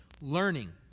learning